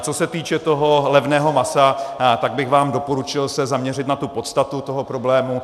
Co se týče toho levného masa, tak bych vám doporučil se zaměřit na podstatu toho problému.